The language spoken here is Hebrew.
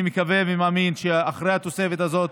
אני מקווה ומאמין שאחרי התוספת הזו,